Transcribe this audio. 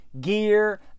gear